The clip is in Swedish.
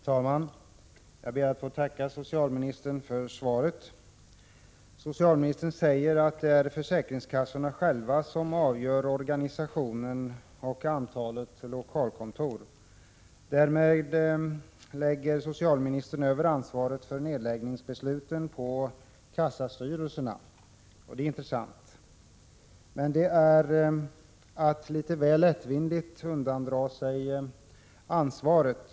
Herr talman! Jag ber att få tacka socialministern för svaret. Socialministern säger att det är försäkringskassorna själva som avgör organisationen och antalet lokalkontor. Därmed lägger socialministern över ansvaret för nedläggningsbesluten på kassastyrelserna, och det är intressant. Men det är att litet väl lättvindigt undandra sig ansvaret.